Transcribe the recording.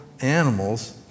animals